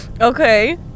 Okay